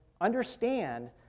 understand